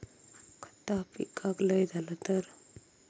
खता पिकाक लय झाला तर?